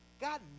God